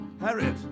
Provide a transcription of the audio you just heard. Harriet